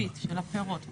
של הריבית, של הפירות בעצם.